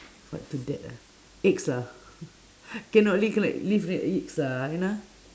what to that uh eggs lah cannot li~ cannot live without eggs lah you know